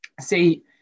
See